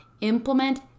implement